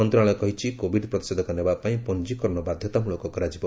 ମନ୍ତ୍ରଣାଳୟ କହିଛି କୋବିଡ୍ ପ୍ରତିଷେଧକ ନେବାପାଇଁ ପଞ୍ଜିକରଣ ବାଧ୍ୟତାମୂଳକ କରାଯିବ